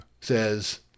says